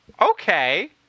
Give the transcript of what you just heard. okay